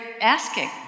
asking